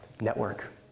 network